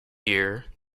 year